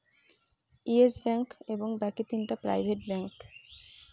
yes Bank এবং বাকি তিনটা প্রাইভেট ব্যাঙ্ক